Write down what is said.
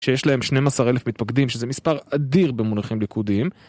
שיש להם 12,000 מתפקדים, שזה מספר אדיר במונחים ליכודיים.